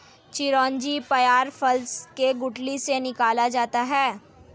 चिरौंजी पयार फल के गुठली से निकाला जाता है